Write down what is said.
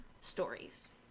stories